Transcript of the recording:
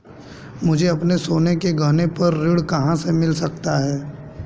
मुझे अपने सोने के गहनों पर ऋण कहां से मिल सकता है?